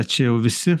čia jau visi